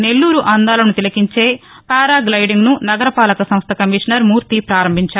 నెల్లూరు అందాలను తిలకించే పారా గ్జెడింగ్ను నగరపాలక సంస్ల కమిషనర్ మూర్తి పారంభించారు